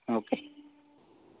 okay